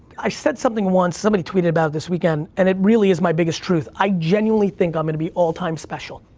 i said something once, somebody tweeted about it this weekend, and it really is my biggest truth, i genuinely think i'm going to be all-time special.